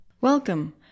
Welcome